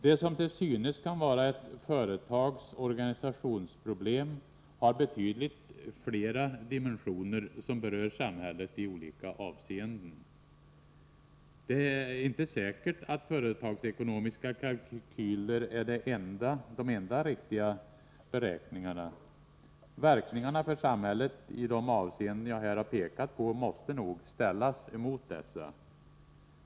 Det som till synes kan vara ett företags organisationsproblem har betydligt flera dimensioner, som berör samhället i olika avseenden. Det är inte säkert att företagsekonomiska kalkyler är de enda riktiga beräkningarna. Verkningarna för samhället i de avseenden jag här har pekat på måste nog ställas emot dessa.